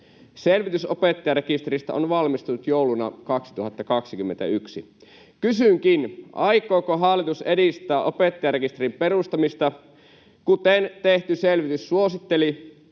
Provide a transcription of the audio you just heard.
Selvitys opettajarekisteristä on valmistunut jouluna 2021. Kysynkin: Aikooko hallitus edistää opettajarekisterin perustamista, kuten tehty selvitys suositteli,